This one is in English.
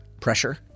pressure